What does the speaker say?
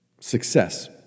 success